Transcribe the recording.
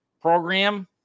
Program